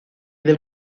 del